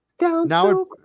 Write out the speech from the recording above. now